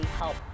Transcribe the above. help